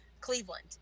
Cleveland